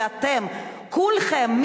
שאתם כולכם,